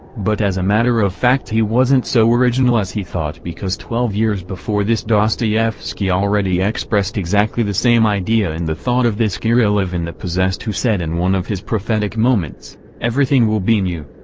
but as a matter of fact he wasn't so original as he thought because twelve years before this dostoyevsky already expressed exactly the same idea in the thought of this kirillov in the possessed who said in one of his prophetic moments everything will be new.